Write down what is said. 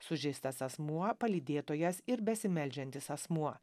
sužeistas asmuo palydėtojas ir besimeldžiantis asmuo